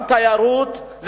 גם תיירות,